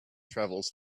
travels